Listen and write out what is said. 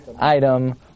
item